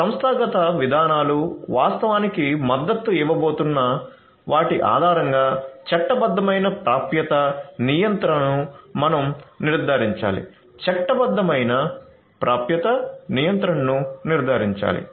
సంస్థాగత విధానాలు వాస్తవానికి మద్దతు ఇవ్వబోతున్న వాటి ఆధారంగా చట్టబద్ధమైన ప్రాప్యత నియంత్రణను మనం నిర్ధారించాలి చట్టబద్ధమైన ప్రాప్యత నియంత్రణను నిర్ధారించాలి